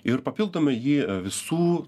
ir papildomai jį visų